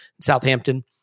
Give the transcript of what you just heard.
Southampton